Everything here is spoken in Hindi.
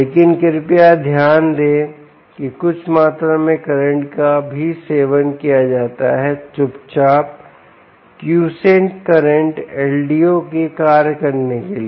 लेकिन कृपया ध्यान दें कि कुछ मात्रा में करंट का भी सेवन किया जाता है चुपचाप क्वीसेन्ट करंट LDO के कार्य करने के लिए